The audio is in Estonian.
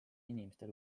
inimestel